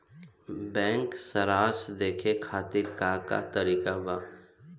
Bank सराश देखे खातिर का का तरीका बा?